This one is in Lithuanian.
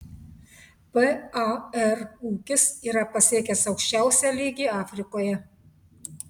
par ūkis yra pasiekęs aukščiausią lygį afrikoje